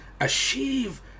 achieve